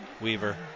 Weaver